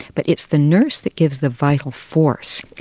but it's the nurse that gives the vital force.